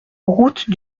route